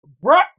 bro